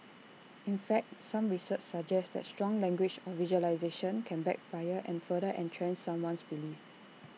in fact some research suggests that strong language or visualisations can backfire and further entrench someone's beliefs